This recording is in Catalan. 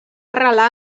arrelar